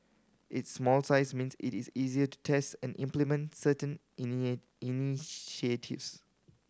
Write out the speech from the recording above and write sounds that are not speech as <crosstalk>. its small size means it is easier to test and implement certain <unintelligible> initiatives